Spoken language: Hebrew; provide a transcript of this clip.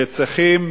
לאנשים שצריכים